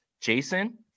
Jason